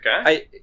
Okay